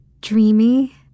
Dreamy